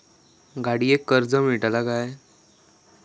गाडयेक कर्ज मेलतला काय?